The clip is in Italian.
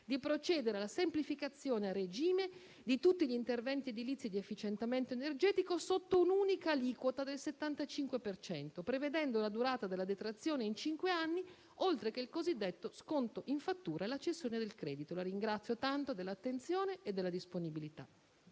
di procedere alla semplificazione a regime di tutti gli interventi edilizi di efficientamento energetico sotto un'unica aliquota del 75 per cento, prevedendo la durata della detrazione in cinque anni, oltre al cosiddetto sconto in fattura e la cessione del credito. La ringrazio tanto dell'attenzione e della disponibilità.